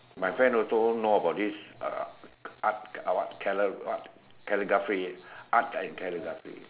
my friend also know about this uh art uh what cali~ what calligraphy art and calligraphy